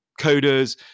coders